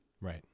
Right